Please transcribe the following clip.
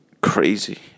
crazy